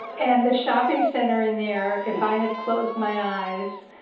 and the shopping center in there, if i had closed my eyes,